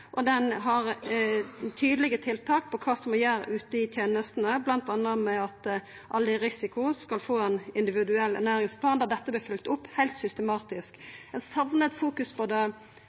og dei har tydelege tiltak – kva som må gjerast ute i tenestene – m.a. at alle med risiko skal få ein individuell ernæringsplan der dette vert følgt opp heilt systematisk. Eg saknar at det vert fokusert på det